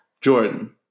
Jordan